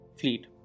fleet